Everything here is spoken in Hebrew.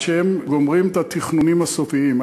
עד שהם גומרים את התכנונים הסופיים,